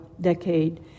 decade